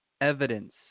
evidence